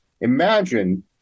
Imagine